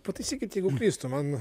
pataisykit jeigu klystu man